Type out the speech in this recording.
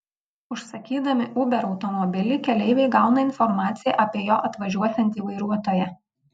užsakydami uber automobilį keleiviai gauna informaciją apie jo atvažiuosiantį vairuotoją